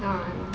ah aiman